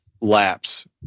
lapse